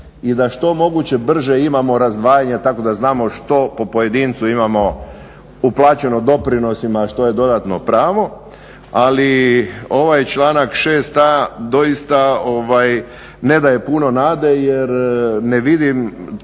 i da što moguće brže imamo razdvajanja tako da znamo što po pojedincu imamo uplaćeno doprinosima, što je dodatno pravo. Ali ovaj članak 6a. doista ne daje puno nade jer ne vidim